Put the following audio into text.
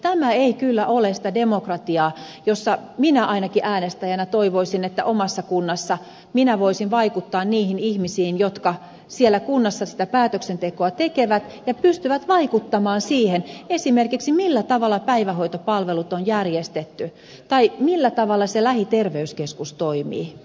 tämä ei kyllä ole sitä demokratiaa mitä minä ainakin äänestäjänä toivoisin olevan että omassa kunnassa minä voisin vaikuttaa niihin ihmisiin jotka siellä kunnassa niitä päätöksiä tekevät ja pystyvät vaikuttamaan siihen esimerkiksi millä tavalla päivähoitopalvelut on järjestetty tai millä tavalla se lähiterveyskeskus toimii